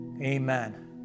Amen